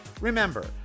Remember